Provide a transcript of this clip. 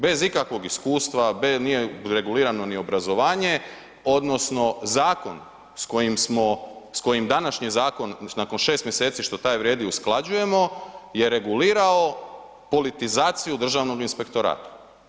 Bez ikakvog iskustva, bez, nije regulirano ni obrazovanje, odnosno zakon s kojim smo, s kojim današnji zakon nakon 6 mjeseci što taj vrijedi usklađujemo je regulirao politizaciju Državnog inspektorata.